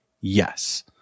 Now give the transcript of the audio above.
yes